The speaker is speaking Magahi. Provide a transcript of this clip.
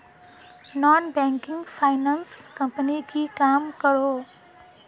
नॉन बैंकिंग फाइनांस कंपनी की काम करोहो?